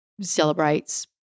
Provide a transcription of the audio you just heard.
celebrates